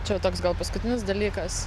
čia toks gal paskutinis dalykas